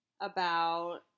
about-